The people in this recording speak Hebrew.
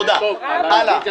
הלאה.